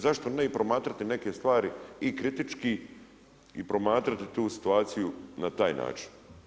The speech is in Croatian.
Zašto ne i promatrati neke stvari i kritički i promatrati tu situaciju na taj način.